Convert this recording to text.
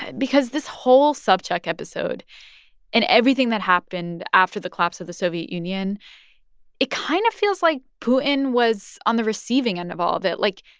because this whole sobchak episode and everything that happened after the collapse of the soviet union it kind of feels like putin was on the receiving end of all of it like,